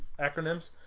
acronyms